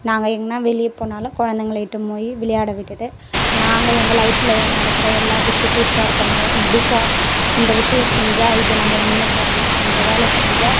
நாங்கள் எங்கேனா வெளியே போனாலும் குழந்தைங்கள இட்டுன்னு போய் விளையாட விட்டுவிட்டு நாங்கள் எங்கள் லைஃப்பில் நடக்கிற எல்லா விஷயத்தையும் ஷேர் பண்ணுவோம் இப்படி போ இந்த விஷயம் செஞ்சால் இது நம்ப முன்னுக்கு வரலாம் இந்த வேலை செஞ்சால்